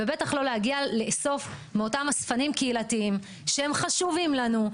ובטח לא להגיע לאסוף מאותם אספנים קהילתיים שהם חשובים לנו,